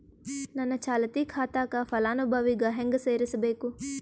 ನನ್ನ ಚಾಲತಿ ಖಾತಾಕ ಫಲಾನುಭವಿಗ ಹೆಂಗ್ ಸೇರಸಬೇಕು?